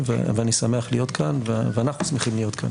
ואני שמח להיות כאן ואנחנו שמחים להיות כאן.